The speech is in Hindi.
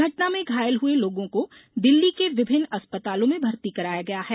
घटना में घायल हुए लोगों को दिल्ली को विभिन्न अस्पतालो में भर्ती कराया गया है